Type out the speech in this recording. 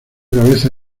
cabeza